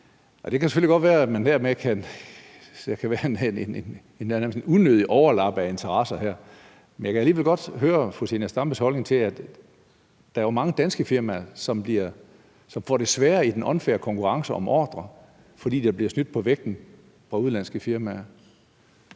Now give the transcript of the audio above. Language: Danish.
Det kan selvfølgelig godt være, at der dermed kan være et unødigt overlap af interesser her. Men jeg kan alligevel godt høre fru Zenia Stampes holdning til, at der jo er mange danske firmaer, som får det sværere i den unfair konkurrence om ordrer, fordi der bliver snydt på vægten af udenlandske firmaer.